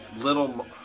little